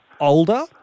older